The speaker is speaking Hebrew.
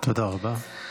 תודה רבה.